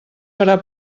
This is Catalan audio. farà